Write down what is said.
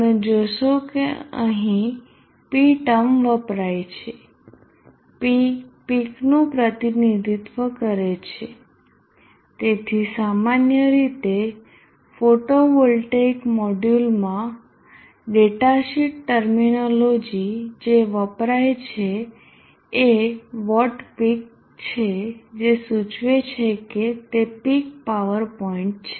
તમે જોશો કે અહીં p ટર્મ વપરાય છે p પીકનું પ્રતિનિધિત્વ કરે છે તેથી સામાન્ય રીતે ફોટોવોલ્ટેઇક મોડ્યુલમાં ડેટાશીટ ટર્મિનોલોજી જે વપરાય છે એ વોટ પીક છે જે સૂચવે છે કે તે પીક પાવર પોઇન્ટ છે